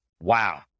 Wow